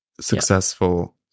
successful